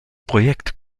projekt